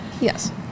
Yes